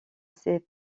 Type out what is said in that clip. ses